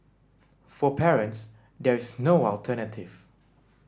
for parents there is no alternative